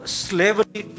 slavery